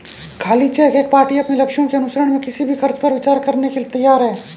खाली चेक एक पार्टी अपने लक्ष्यों के अनुसरण में किसी भी खर्च पर विचार करने के लिए तैयार है